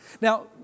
Now